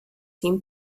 team